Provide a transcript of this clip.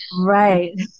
Right